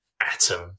atom